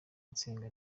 nsenga